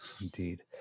Indeed